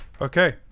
Okay